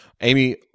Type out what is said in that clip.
Amy